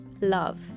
love